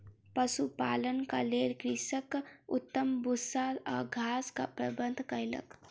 पशुपालनक लेल कृषक उत्तम भूस्सा आ घासक प्रबंध कयलक